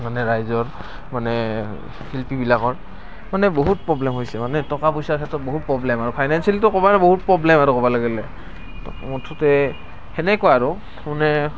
মানে ৰাইজৰ মানে শিল্পীবিলাকৰ মানে বহুত প্ৰব্লেম হৈছে মানে টকা পইচাৰ ক্ষেত্ৰত বহুত প্ৰব্লেম আৰু ফাইনেঞ্চিয়েলিতো ক'বলৈ বহুত প্ৰব্লেম আৰু ক'বলৈ গ'লে তো মুঠতে সেনেকুৱা আৰু মানে